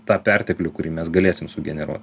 tą perteklių kurį mes galėsim sugeneruo